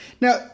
Now